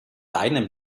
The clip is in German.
deinem